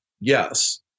yes